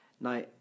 Now